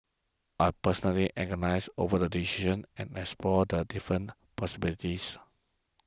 I personally agonised over the Decision and Explored different possibilities